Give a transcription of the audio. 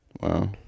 Wow